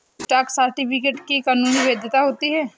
stock certificate की कानूनी वैधता होती है